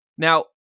Now